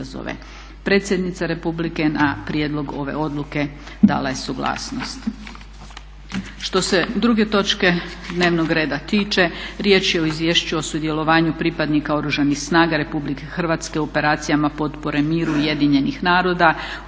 izazove. Predsjednica Republike na prijedlog ove odluke dala je suglasnost. Što se druge točke dnevnog reda tiče, riječ o Izvješće o sudjelovanju pripadnika Oružanih snaga RH u operacijama potpore miru UN-a od